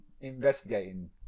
investigating